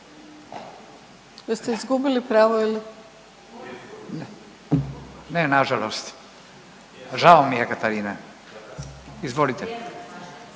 Ne nažalost, žao mi je Katarina. Izvolite.